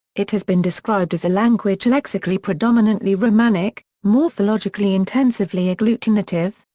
it has been described as a language lexically predominantly romanic, morphologically intensively agglutinative,